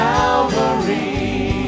Calvary